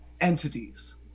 entities